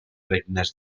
regnes